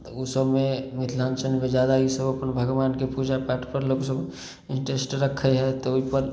तऽ ओ सबमे मिथिलाञ्चलमे जादा ई सब अपन भगबानके पूजापाठ कयलक ई सब इंटरेस्ट रखै हइ तऽ अपन